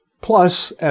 plus